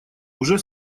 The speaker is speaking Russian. уже